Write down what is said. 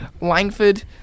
Langford